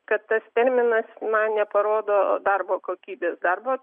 kad tas terminas na neparodo darbo kokybės darbo